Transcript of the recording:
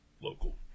local